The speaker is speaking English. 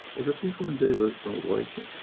the people in davos don't like him.